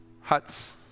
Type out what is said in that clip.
Huts